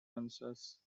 answers